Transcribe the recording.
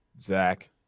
Zach